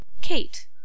Kate